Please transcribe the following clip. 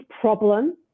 problem